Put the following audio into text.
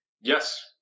Yes